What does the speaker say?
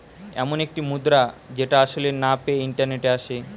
এমন একটি মুদ্রা যেটা আসলে না পেয়ে ইন্টারনেটে আসে